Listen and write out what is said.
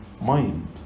mind